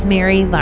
Mary